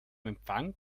empfang